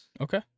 Okay